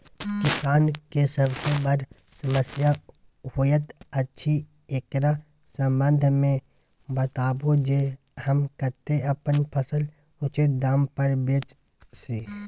किसान के सबसे बर समस्या होयत अछि, एकरा संबंध मे बताबू जे हम कत्ते अपन फसल उचित दाम पर बेच सी?